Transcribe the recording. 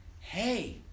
hey